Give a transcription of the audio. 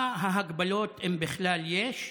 מה ההגבלות, אם בכלל יש,